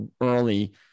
early